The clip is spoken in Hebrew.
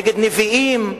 נגד הנביאים,